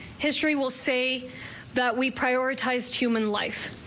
history will say that we prioritize human life.